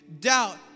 doubt